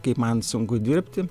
kaip man sunku dirbti